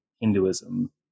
Hinduism